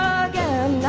again